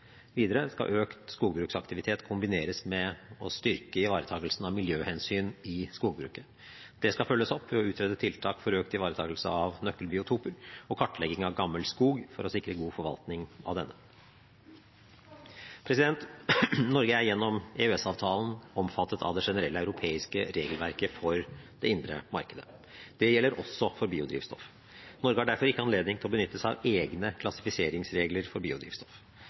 Videre skal økt skogbruksaktivitet kombineres med å styrke ivaretakingen av miljøhensyn i skogbruket. Det skal følges opp ved å utrede tiltak for økt ivaretaking av nøkkelbiotoper og kartlegging av gammel skog for å sikre god forvaltning av denne. Norge er gjennom EØS-avtalen omfattet av det generelle europeiske regelverket for det indre markedet. Det gjelder også biodrivstoff. Norge har derfor ikke anledning til å benytte seg av egne klassifiseringsregler for biodrivstoff.